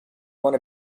one